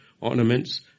ornaments